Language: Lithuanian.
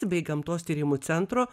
bei gamtos tyrimų centro